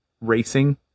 racing